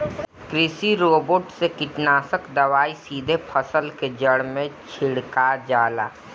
कृषि रोबोट से कीटनाशक दवाई सीधे फसल के जड़ में छिड़का जाला